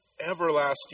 Everlasting